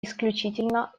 исключительно